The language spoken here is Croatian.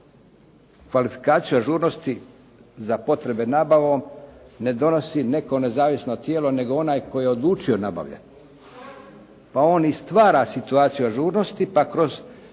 kvalifikacija ažurnosti za potrebe nabavom ne donosi neko nezavisno tijelo, nego onaj tko je odlučio nabavljati. A on i stvara situaciju ažurnosti pa kroz